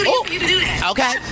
Okay